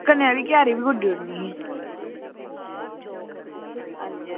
कन्नै आह्ली क्यारी बी गुड्डी ओड़नी ही